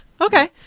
Okay